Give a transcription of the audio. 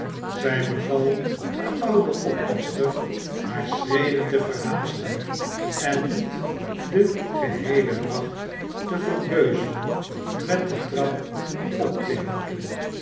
zij beval de oude oppasster hare schreden te verhaasten en niet den geheelen nacht te verbeuzelen met de trap op te hinken